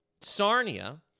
Sarnia